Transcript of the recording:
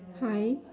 hi